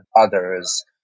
others